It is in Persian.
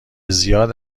زیاد